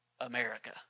America